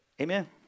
Amen